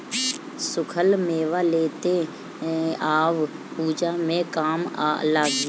सुखल मेवा लेते आव पूजा में काम लागी